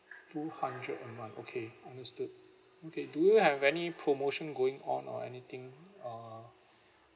two hundred a month okay understood okay do you have any promotion going on or anything uh